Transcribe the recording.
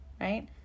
right